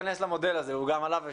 זה מתנהל.